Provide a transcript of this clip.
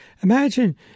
Imagine